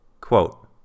Quote